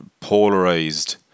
polarized